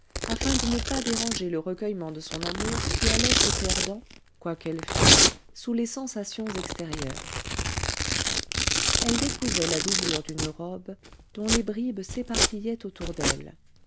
afin de ne pas déranger le recueillement de son amour qui allait se perdant quoi qu'elle fît sous les sensations extérieures elle décousait la doublure d'une robe dont les bribes s'éparpillaient autour d'elle